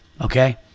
okay